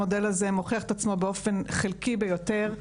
המודל הזה מוכיח את עצמו באופן חלקי ביותר.